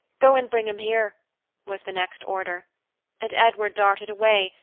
go and bring him here was the next order and edward darted away,